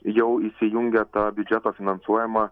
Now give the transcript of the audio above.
jau įsijungia ta biudžeto finansuojama